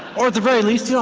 or, at the very least, yeah